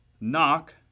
Knock